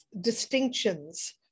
distinctions